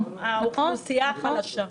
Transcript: האוכלוסייה החלשה.